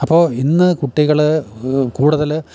അപ്പോൾ ഇന്ന് കുട്ടികൾ കൂടുതൽ